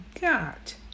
got